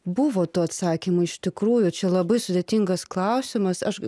buvo tų atsakymų iš tikrųjų čia labai sudėtingas klausimas aš